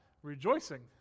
rejoicing